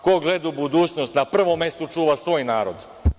Ko gleda u budućnost, na prvom mestu čuva svoj narod.